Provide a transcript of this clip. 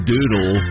Doodle